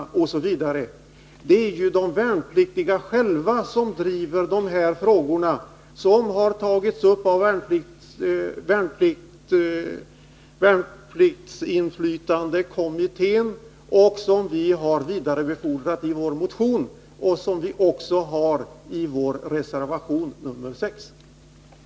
Det är ju de värnpliktiga själva som driver de här frågorna. De har sedan tagits upp av värnpliktsinflytandekommittén, vi har vidarebefordrat dem i vår Nr 134 motion och vi har dem också i vår reservation 6. Torsdagen den